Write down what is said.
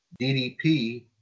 DDP